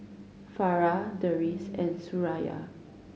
Farah Deris and Suraya